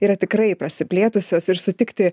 yra tikrai prasiplėtusios ir sutikti